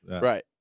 Right